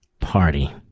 party